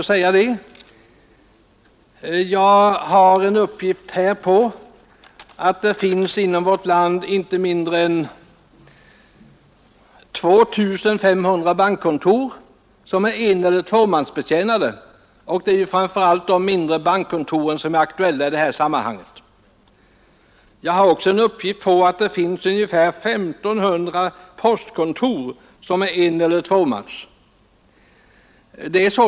Jag har en uppgift på att det finns inom vårt land inte mindre än 2500 bankkontor som är eneller tvåmansbetjänade, och det är ju framför allt de mindre bankkontoren som är aktuella i det här sammanhanget. Jag har också en uppgift på att det finns ungefär 1 500 postkontor, som är eneller tvåmansbetjänade.